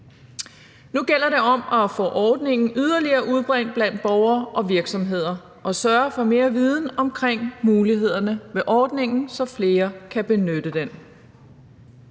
Nu gælder det om at få ordningen yderligere udbredt blandt borgere og virksomheder og sørge for mere viden om mulighederne med ordningen, så flere kan benytte den.